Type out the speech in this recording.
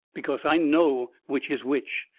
because i know which is which.